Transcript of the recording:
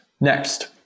Next